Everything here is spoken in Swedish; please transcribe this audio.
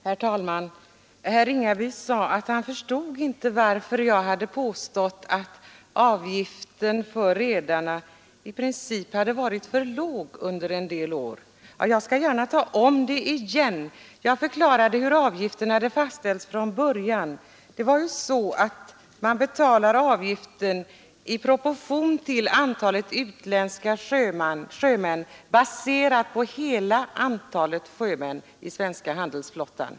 Herr talman! Herr Ringaby sade att han inte förstod varför jag påstår att avgiften för redarna i princip hade varit för låg under en del år. Jag skall gärna ta om det hela igen. Jag förklarade hur avgiften hade fastställts från början. Det var så att man betalade avgiften i proportion till antalet utländska sjömän i förhållande till hela antalet sjömän i den svenska hadelsflottan.